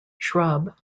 shrub